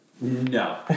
No